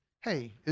Hey